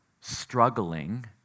Struggling